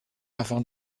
avant